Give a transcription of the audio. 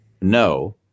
no